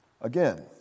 again